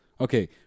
okay